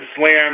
slam